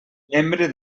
membre